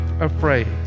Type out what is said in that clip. afraid